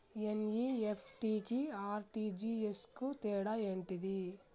NEFT కి RTGS కు తేడా ఏంటిది?